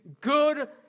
good